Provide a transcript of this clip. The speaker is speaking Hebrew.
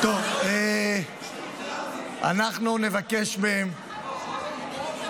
אנחנו לא מצליחים להבין,